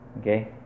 okay